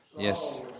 Yes